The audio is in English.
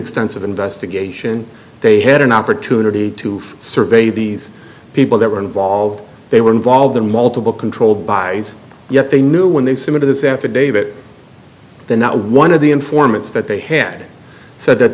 extensive investigation they had an opportunity to for survey these people that were involved they were involved in multiple controlled by yet they knew when they some of this affidavit than that one of the informants that they had said that